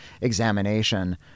examination